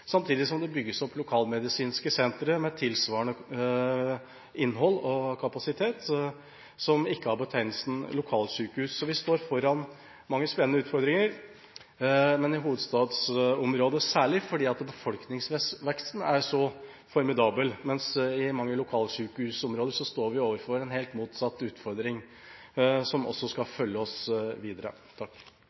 samtidig som det bygges opp lokalmedisinske sentre med tilsvarende innhold og kapasitet, som ikke har betegnelsen lokalsykehus. Så vi står foran mange spennende utfordringer, særlig i hovedstadsområdet fordi befolkningsveksten er så formidabel, mens i mange lokalsykehusområder står vi overfor en helt motsatt utfordring som også skal følge oss videre.